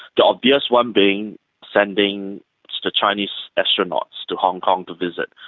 the obvious one being sending the chinese astronauts to hong kong to visit,